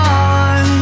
on